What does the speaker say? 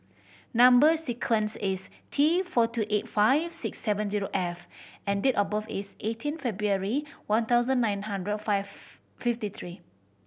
number sequence is T four two eight five six seven zero F and date of birth is eighteen February one thousand nine hundred five fifty three